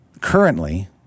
Currently